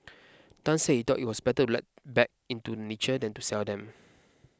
Tan said he thought it was better to let back into nature than to sell them